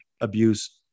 abuse